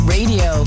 Radio